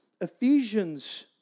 Ephesians